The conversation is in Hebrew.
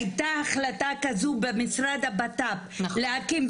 הייתה החלטה כזאת במשרד לביטחון פנים להקים,